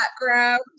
background